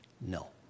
No